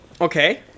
okay